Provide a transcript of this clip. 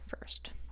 First